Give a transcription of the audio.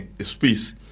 space